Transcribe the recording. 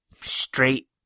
straight